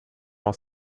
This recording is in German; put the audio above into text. aus